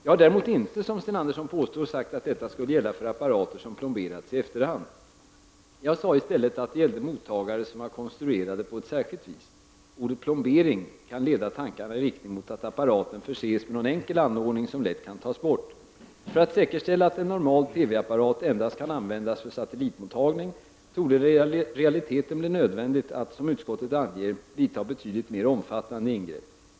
Jag har däremot inte, som Sten Andersson påstår, sagt att detta skulle gälla för apparater som plomberats i efterhand. Jag sade i stället att det gällde mottagare som var konstruerade på ett särskilt vis. Ordet ”plombering” kan leda tankarna i riktning mot att apparaten förses med någon enkel anordning som lätt kan tas bort. För att säkerställa att en normal TV-apparat endast kan användas för satellitmottagning torde det i realiteten bli nödvändigt att, som utskottet anger, vidta betydligt mer omfattande ingrepp.